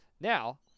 Now